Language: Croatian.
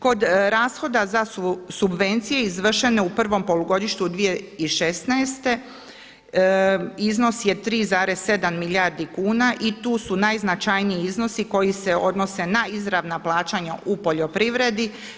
Kod rashoda za subvencije izvršene u prvom polugodištu 2016. iznos je 3,7 milijardi kuna i tu su najznačajniji iznosi koji se odnose na izravna plaćanja u poljoprivredi.